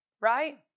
right